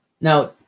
Now